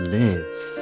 live